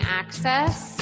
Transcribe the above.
access